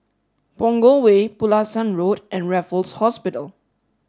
Punggol Way Pulasan Road and Raffles Hospital